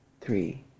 three